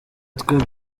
twe